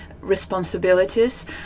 responsibilities